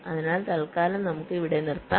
അതിനാൽ തൽക്കാലം നമുക്ക് ഇവിടെ നിർത്താം